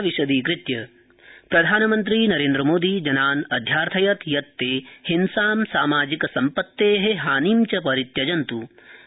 प्रधानमन्त्री जनसभा प्रधानमन्त्री नरेन्द्रमोदी जनान् अध्यार्थयत् यत् ते हिंसाम् सामाजिकसम्पत्तेः हानिं च परित्यजन्त्